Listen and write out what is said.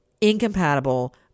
incompatible